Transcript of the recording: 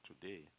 today